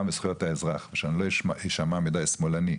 ולזכויות האזרח ושאני לא אשמע מידי שמאלני.